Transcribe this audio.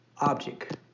object